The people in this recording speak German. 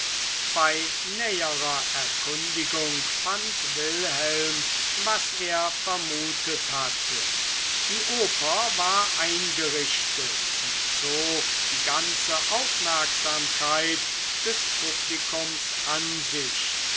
bei näherer erkundigung fand wilhelm was er vermutet hatte die oper war eingerichtet und zog die ganze aufmerksamkeit des publikums an sich